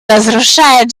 разрушает